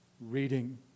reading